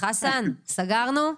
חסן, סגרנו?